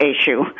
issue